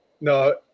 No